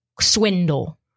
swindle